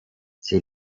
sie